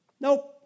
nope